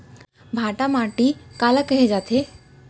भांटा माटी काला कहे जाथे?